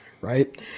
Right